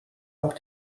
auch